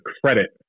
credit